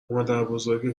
مادربزرگ